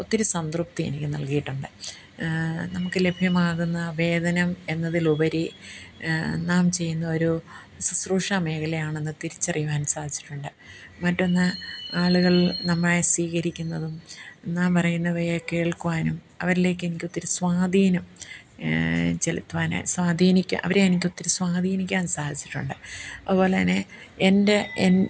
ഒത്തിരി സംതൃപ്തി എനിക്ക് നൽകിയിട്ടുണ്ട് നമുക്ക് ലഭ്യമാകുന്ന വേദനം എന്നതിലുപരി നാം ചെയ്യുന്നൊരു ശുശ്രൂഷ മേഘല ആണെന്ന് തിരിച്ചറിയുവാൻ സാധിച്ചിട്ടുണ്ട് മറ്റൊന്ന് ആളുകൾ നമ്മളെ സ്വീകരിക്കുന്നതും നാം പറയുന്നവയേ കേൾക്കുവാനും അവരിലേക്കെനിക്കൊത്തിരി സ്വാധീനം ചെലുത്തുവാൻ സ്വാധീനിക്കുക അവരെ എനിക്കൊത്തിരി സ്വാധീനിക്കാൻ സാധിച്ചിട്ടുണ്ട് അതുപോലെത്തന്നെ എൻ്റെ എൻ